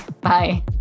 Bye